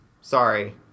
sorry